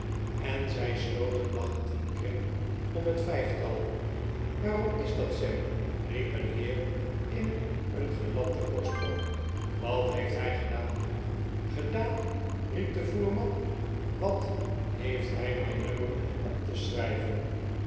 en zij sloten lachend een kring om het vijftal waarom is dat sam riep een heer in een gelapten borstrok wat heeft hij gedaan gedaan riep de voerman wat heeft hij mijn nummer op te schrijven